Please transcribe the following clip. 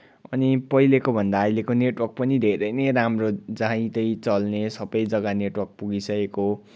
अनि पहिलेकोभन्दा अहिलेको नेटवर्क पनि धेरै नै राम्रो जहीँ तहीँ चल्ने सबै जग्गा नेटवर्क पुगिसकेको